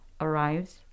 arrives